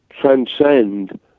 transcend